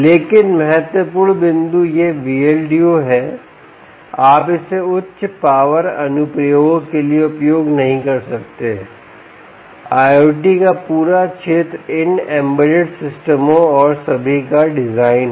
लेकिन महत्वपूर्ण बिंदु यह Vldo है आप इसे उच्च पावर अनुप्रयोगों के लिए उपयोग नहीं कर सकते हैं IOT का पूरा क्षेत्र इन एम्बेडेड सिस्टमों और सभी का डिज़ाइन है